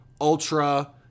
ultra